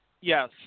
Yes